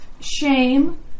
Shame